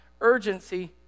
urgency